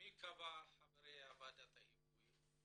מי קבע את חברי ועדת ההיגוי?